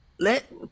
let